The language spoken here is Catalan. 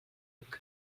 buc